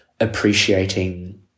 appreciating